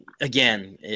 Again